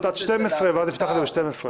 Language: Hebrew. לפעול עד שעה 12 ואז נפתח את המליאה ב-12.